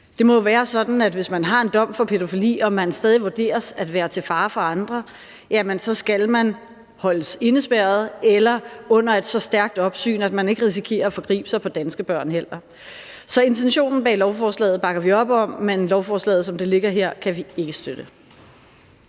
Det må være sådan, at hvis man har en dom for pædofili, og hvis man stadig vurderes at være til fare for andre, så skal man holdes indespærret eller under et så stærkt opsyn, at man ikke risikerer at forgribe sig på danske børn heller. Så intentionen bag lovforslaget bakker vi op om, men beslutningsforslaget, som det ligger her, kan vi ikke støtte.